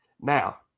Now